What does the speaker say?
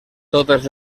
totes